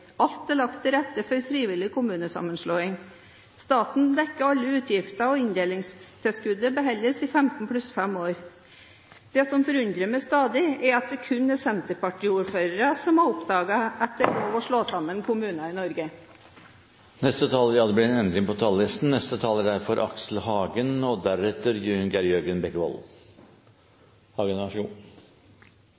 Alt er lagt til rette for frivillig kommunesammenslåing. Staten dekker alle utgifter og inndelingstilskuddet beholdes i 15 pluss 5 år. Det som stadig forundrer meg, er at det kun er senterpartiordførere som har oppdaget at det er lov å slå sammen kommuner i Norge. Jeg tror vi overdriver betydninga av kommunestørrelse. Nærmest et bevis på det er at uenigheten blant fagfolk er for stor, den er for